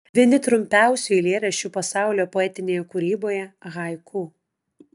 vieni trumpiausių eilėraščių pasaulio poetinėje kūryboje haiku